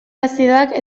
azidoak